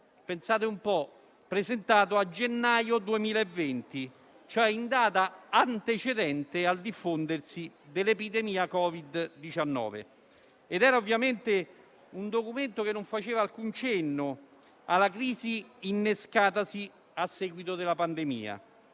pensate un po' - presentato a gennaio 2020, cioè in data antecedente al diffondersi dell'epidemia da Covid-19 e, quindi, ovviamente il documento non faceva alcun cenno alla crisi innescatasi a seguito della pandemia.